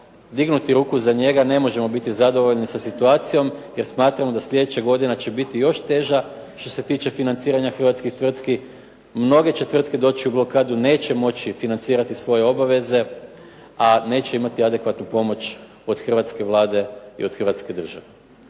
dignuti ruku za njega, ne možemo biti zadovoljni sa situacijom jer smatramo da sljedeća godina će biti još teža što se tiče financiranja hrvatskih tvrtki. Mnoge će tvrtke doći u blokadu, neće moći financirati svoje obaveze, a neće imati adekvatnu pomoć od hrvatske Vlade i od Hrvatske države.